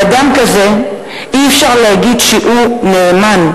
על אדם כזה אי-אפשר להגיד שהוא נאמן,